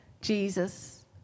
Jesus